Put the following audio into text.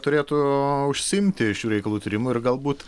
turėtų užsiimti šių reikalų tyrimu ir galbūt